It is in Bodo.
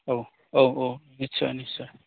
औ औ औ निस्सय निस्सय